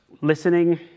Listening